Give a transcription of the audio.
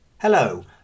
Hello